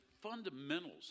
fundamentals